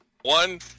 one